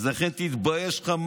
לכן תתבייש לך,